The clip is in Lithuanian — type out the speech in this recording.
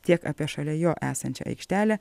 tiek apie šalia jo esančią aikštelę